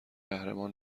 قهرمان